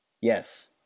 Yes